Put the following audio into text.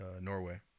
norway